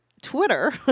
Twitter